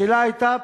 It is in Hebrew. השאלה היתה פשוטה: